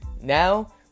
Now